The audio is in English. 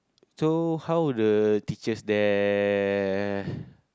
so how the teachers there